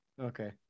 Okay